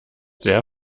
sehr